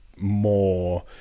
more